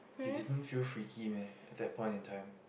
you didn't feel freaky meh at that point in time